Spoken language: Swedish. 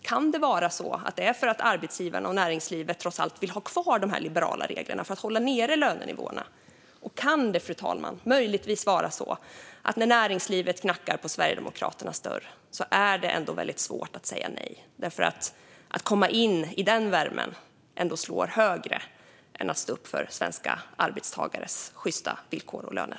Kan det vara så att det är för att arbetsgivarna och näringslivet trots allt vill ha kvar de liberala reglerna för att hålla nere lönenivåerna? Kan det, fru talman, möjligtvis vara så att när näringslivet knackar på Sverigedemokraternas dörr är det väldigt svårt att säga nej, eftersom det smäller högre att komma in i den värmen än att stå upp för svenska arbetstagares sjysta villkor och löner?